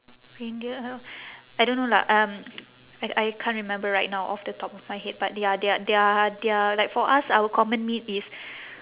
reindeer elk I don't know lah um I I can't remember right now off the top of my head but ya their their their like for us our common meat is